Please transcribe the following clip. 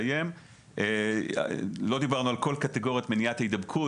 אסיים, לא דיברנו על כל קטגוריית מניעת ההידבקות.